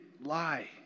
lie